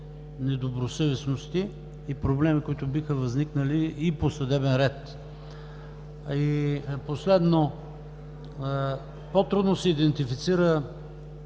недобросъвестности и проблеми, които биха възникнали и по съдебен ред. И последно – по-трудно се идентифицира